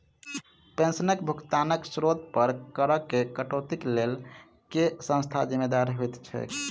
पेंशनक भुगतानक स्त्रोत पर करऽ केँ कटौतीक लेल केँ संस्था जिम्मेदार होइत छैक?